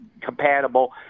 compatible